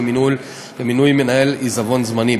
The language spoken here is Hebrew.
למינוי מנהל עיזבון זמני.